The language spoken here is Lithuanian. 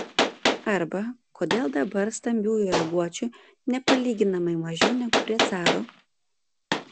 arba kodėl dabar stambiųjų raguočių nepalyginamai mažiau negu prie caro